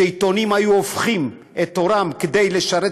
שעיתונים היו הופכים את עורם כדי לשרת